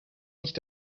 nicht